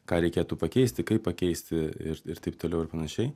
ką reikėtų pakeisti kaip pakeisti ir ir taip toliau ir panašiai